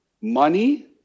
money